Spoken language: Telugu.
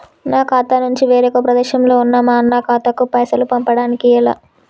నా ఖాతా నుంచి వేరొక ప్రదేశంలో ఉన్న మా అన్న ఖాతాకు పైసలు పంపడానికి ఎలా?